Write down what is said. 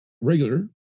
regular